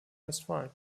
westfalen